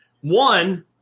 One